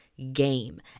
game